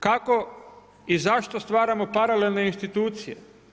Kako i zašto stvaramo paralelne institucije?